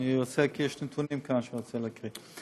כי יש נתונים שאני רוצה להקריא.